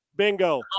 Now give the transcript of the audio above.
Bingo